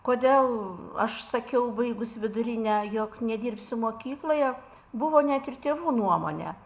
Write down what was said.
kodėl aš sakiau baigus vidurinę jog nedirbsiu mokykloje buvo net ir tėvų nuomonė